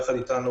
יחד אתנו